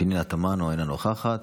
פנינה תמנו, אינה נוכחת.